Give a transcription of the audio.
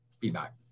feedback